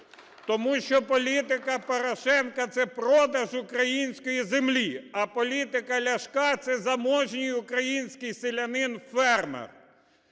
Тому що політика Порошенка – це продаж української землі. А політика Ляшка – це заможній український селянин, фермер.